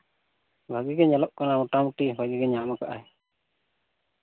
ᱵᱷᱟᱹᱜᱤ ᱜᱮ ᱧᱮᱞᱚᱜ ᱠᱟᱱᱟ ᱢᱳᱴᱟᱢᱩᱴᱤ ᱵᱷᱟᱹᱜᱤ ᱜᱮ ᱧᱟᱢ ᱟᱠᱟᱫ ᱟᱭ